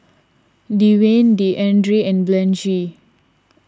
Dewayne Deandre and Blanchie